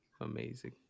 amazing